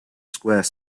square